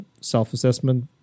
self-assessment